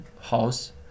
house